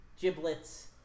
giblets